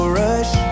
rush